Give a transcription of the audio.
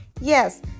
Yes